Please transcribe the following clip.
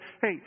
hey